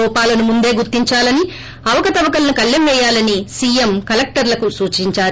లోపాలను ముందే గుర్తించాలని అవకతవకలకు కల్లెం పేయాలని సీఎం కలెక్టర్లకు సూచించారు